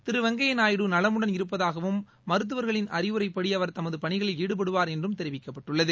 திரு வெங்கய்யா நாயுடு நலமுடன் இருப்பதாகவும் மருத்துவர்களின் அறிவுரைப்படி அவர் தமது பணிகளில் ஈடுபடுவார் என்றும் தெரிவிக்கப்பட்டுள்ளது